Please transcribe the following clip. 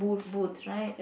boot right